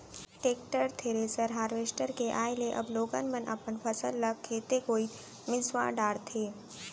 tractor, thresher, harvester के आए ले अब लोगन मन अपन फसल ल खेते कोइत मिंसवा डारथें